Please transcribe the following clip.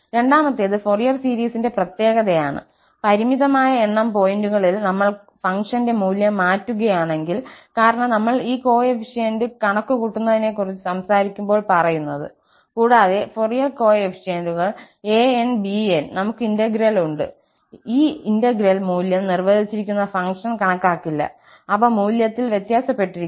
രണ്ടാമത്തേത് ഫൊറിയർ സീരീസിന്റെ പ്രത്യേകതയാണ് പരിമിതമായ എണ്ണം പോയിന്റുകളിൽ നമ്മൾ ഫംഗ്ഷന്റെ മൂല്യം മാറ്റുകയാണെങ്കിൽ കാരണം നമ്മൾ ഈ കോഎഫിഷ്യന്റ് കണക്കുകൂട്ടുന്നതിനെക്കുറിച്ച് സംസാരിക്കുമ്പോൾ പറയുന്നത് കൂടാതെ ഫൊറിയർ കോഎഫിഷ്യന്റുകൾ an bn നമുക് ഇന്റഗ്രൽ ഉണ്ട് ഇന്റഗ്രൽ മൂല്യം നിർവചിച്ചിരിക്കുന്ന ഫംഗ്ഷൻ കണക്കാക്കില്ല അവ മൂല്യത്തിൽ വ്യത്യാസപ്പെട്ടിരിക്കുന്നു